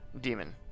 demon